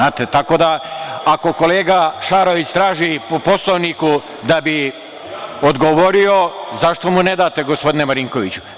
Ako kolega Šarović traži po Poslovniku da bi odgovorio, zašto mu ne date, gospodine Marinkoviću?